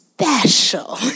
Special